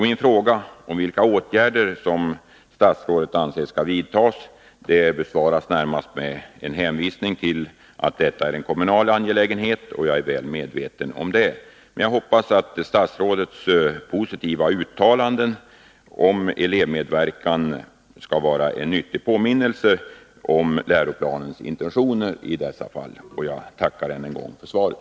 Min fråga om vilka åtgärder statsrådet anser skall vidtas, besvaras närmast med en hänvisning till att detta är en kommunal angelägenhet. Jag är väl medveten om det, men jag hoppas att statsrådets positiva uttalanden om elevmedverkan skall vara en nyttig påminnelse om läroplanens intentioner i fall som dessa. Jag tackar än en gång för svaret.